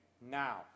Now